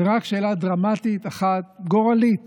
ורק שאלה דרמטית אחת גורלית